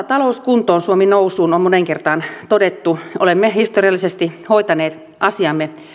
talous kuntoon suomi nousuun on moneen kertaan todettu olemme historiallisesti hoitaneet asiamme